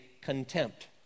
contempt